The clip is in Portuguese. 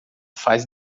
faz